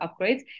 upgrades